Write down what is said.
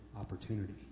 opportunity